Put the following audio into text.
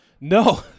No